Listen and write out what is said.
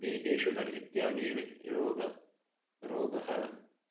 B P sugar इत्यादिरोगः रोगः